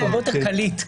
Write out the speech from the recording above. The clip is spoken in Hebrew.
לגבי הקנסות,